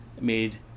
made